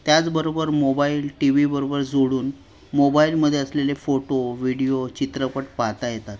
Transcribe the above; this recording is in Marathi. त्याचबरोबर मोबाईल टी व्हीबरोबर जोडून मोबाईलमध्ये असलेले फोटो व्हिडिओ चित्रपट पाहता येतात